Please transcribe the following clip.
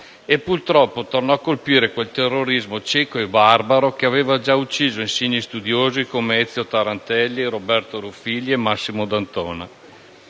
Purtroppo, tornò a colpire quel terrorismo cieco e barbaro che aveva già ucciso insigni studiosi come Ezio Tarantelli, Roberto Ruffilli e Massimo D'Antona,